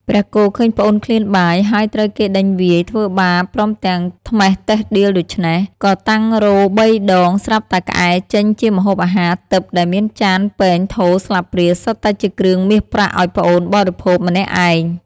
ព្រះគោឃើញប្អូនឃ្លានបាយ ហើយត្រូវគេដេញវាយ ធ្វើបាបព្រមទាំងត្មះតេះដៀលដូច្នេះ ក៏តាំងរោទិ៍បីដងស្រាប់តែក្អែចេញជាម្ហូបអាហារទិព្វដែលមានចាន ពែង ថូ ស្លាបព្រា សុទ្ធតែជាគ្រឿងមាសប្រាក់ឲ្យប្អូនបរិភោគម្នាក់ឯង ។